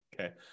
Okay